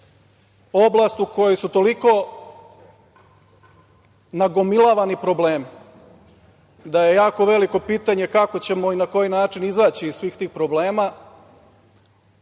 oblast u kojoj su toliko nagomilavani problemi da je jako veliko pitanje kako ćemo i na koji način izaći iz svih tih problema,